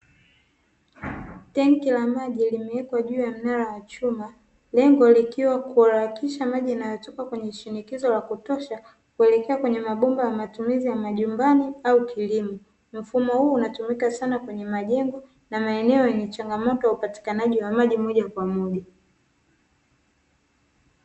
Tenki la maji limewekwa juu ya mnara wa chuma lengo likiwa kurakisha maji yanayotoka kwenye shinikizo la kutosha kuelekea kwenye mabomba ya matumizi ya majumbani au kilimo. Mfumo huu unatumika sana kwenye majengo na maeneo yenye changamoto ya upatikanaji wa maji moja kwa moja.